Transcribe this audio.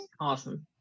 Awesome